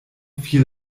fiel